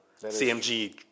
CMG